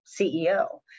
CEO